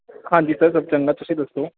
ਹਾਂਜੀ ਸਰ ਸਭ ਚੰਗਾ ਤੁਸੀਂ ਦੱਸੋ